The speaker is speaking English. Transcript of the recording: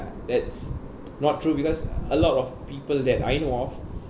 that's not true because a lot of people that I know of